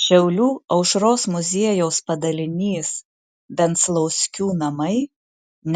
šiaulių aušros muziejaus padalinys venclauskių namai